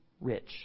rich